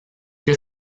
que